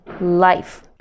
life